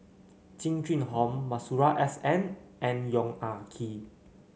Jing Jun Hong Masuri S N and Yong Ah Kee